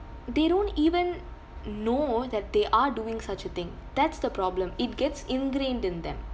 they don't even know that they are doing such a thing that's the problem it gets ingrained in them